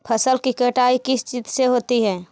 फसल की कटाई किस चीज से होती है?